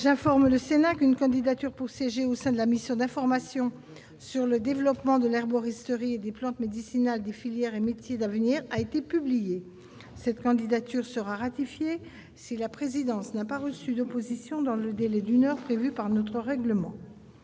J'informe le Sénat qu'une candidature pour siéger au sein de la mission d'information sur le développement de l'herboristerie et des plantes médicinales, des filières et métiers d'avenir a été publiée. Cette candidature sera ratifiée si la présidence n'a pas reçu d'opposition dans le délai d'une heure prévu par notre règlement.